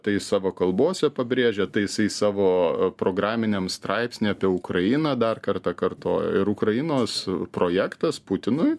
tai savo kalbose pabrėžia tai jisai savo programiniam straipsnyje apie ukrainą dar kartą kartoja ir ukrainos projektas putinui